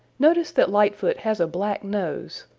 notice that lightfoot has a black nose.